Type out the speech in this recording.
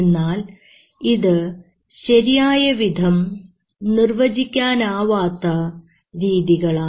എന്നാൽ ഇത് ശരിയായ വിധം നിർവചിക്കാനാവാത്ത രീതികളാണ്